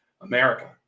America